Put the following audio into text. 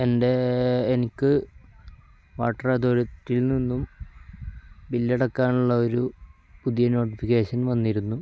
എൻ്റെ എനിക്ക് വാട്ടർ അധോറിറ്റിയിൽനിന്നും ബില്ലടക്കാനുള്ള ഒരു പുതിയ നോട്ടിഫിക്കേഷൻ വന്നിരുന്നു